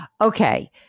Okay